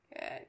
Good